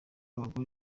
abagore